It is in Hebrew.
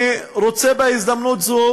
בהזדמנות זו